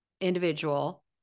individual